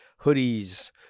hoodies